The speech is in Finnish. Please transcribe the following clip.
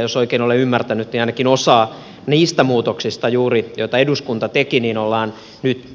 jos oikein olen ymmärtänyt niin ainakin osa juuri niistä muutoksista joita eduskunta teki ollaan nyt